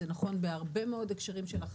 זה נכון בהרבה מאוד הקשרים של החיים,